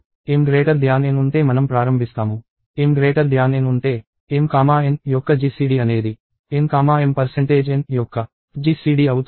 m n ఉంటే మనం ప్రారంభిస్తాము m n ఉంటే mn యొక్క GCD అనేది n mn యొక్క GCD అవుతుంది